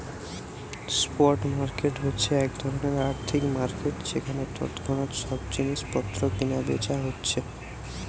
spot market হচ্ছে এক ধরণের আর্থিক মার্কেট যেখানে তৎক্ষণাৎ সব জিনিস পত্র কিনা বেচা হচ্ছে